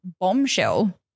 bombshell